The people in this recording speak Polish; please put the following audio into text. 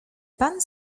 pan